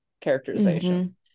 characterization